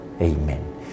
Amen